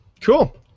Cool